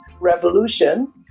Revolution